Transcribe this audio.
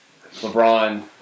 LeBron